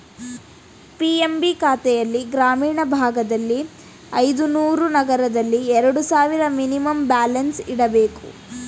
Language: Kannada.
ಪಿ.ಎಂ.ಬಿ ಖಾತೆಲ್ಲಿ ಗ್ರಾಮೀಣ ಭಾಗದಲ್ಲಿ ಐದುನೂರು, ನಗರದಲ್ಲಿ ಎರಡು ಸಾವಿರ ಮಿನಿಮಮ್ ಬ್ಯಾಲೆನ್ಸ್ ಇಡಬೇಕು